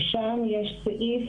ששם יש סעיף